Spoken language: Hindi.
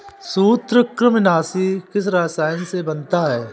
सूत्रकृमिनाशी किस रसायन से बनता है?